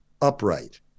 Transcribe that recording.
upright